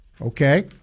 Okay